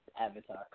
Avatar